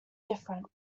different